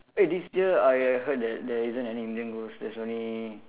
eh this year I heard that there isn't any Indian ghost there's only